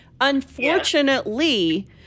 unfortunately